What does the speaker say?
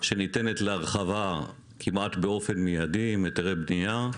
שניתנת להרחבה כמעט באופן מידי עם היתרי בנייה.